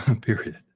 period